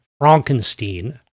Frankenstein